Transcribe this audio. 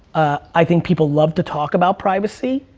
i think people love to talk about privacy,